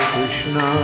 Krishna